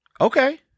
Okay